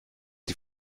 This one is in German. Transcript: die